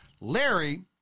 Larry